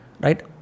Right